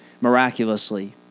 miraculously